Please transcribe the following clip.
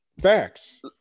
Facts